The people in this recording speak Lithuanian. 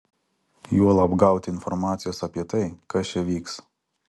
juolab gauti informacijos apie tai kas čia vyks